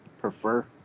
Prefer